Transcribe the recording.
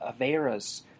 Averas